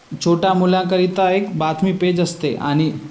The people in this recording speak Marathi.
छोटा मुलांकरीता एक बातमी पेज असते आणि